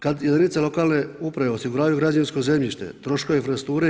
Kada jedinice lokalne uprave osiguravaju građevinsko zemljišta, troškove infrastrukture i